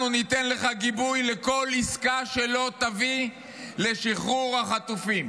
אנחנו ניתן לך גיבוי לכל עסקה שתביא לשחרור החטופים,